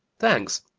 thanks,